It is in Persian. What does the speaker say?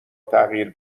تغییر